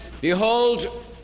behold